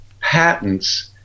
patents